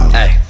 Hey